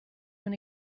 when